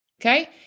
Okay